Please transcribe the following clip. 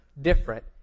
different